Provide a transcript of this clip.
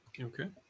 Okay